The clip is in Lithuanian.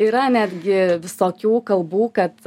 yra netgi visokių kalbų kad